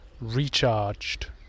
recharged